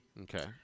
okay